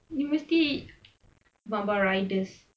ni mesti abang-abang riders